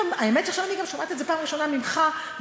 האמת היא שעכשיו אני שומעת את זה בפעם הראשונה ממך במהות.